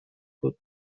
بود